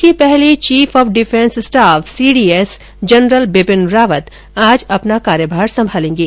देश के पहले chief of defence staff CDS general Bipin Rawat आज अपना कार्यभार संभालेंगे